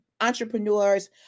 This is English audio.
entrepreneurs